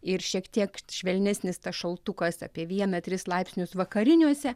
ir šiek tiek švelnesnis šaltukas apie vieną tris laipsnius vakariniuose